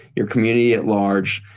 your community at large.